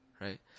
right